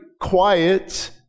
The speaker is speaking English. quiet